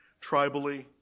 tribally